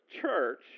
church